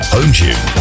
Hometune